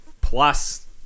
Plus